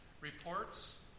reports